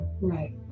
Right